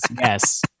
yes